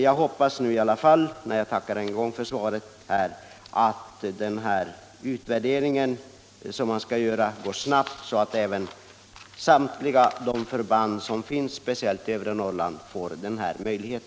Jag hoppas i alla fall, när jag än en gång tackar för svaret, att den utvärdering som skall göras går snabbt så att samtliga förband framför allt i övre Norrland får sådan möjlighet.